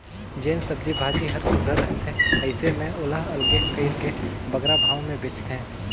जेन सब्जी भाजी हर सुग्घर रहथे अइसे में ओला अलगे कइर के बगरा भाव में बेंचथें